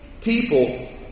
people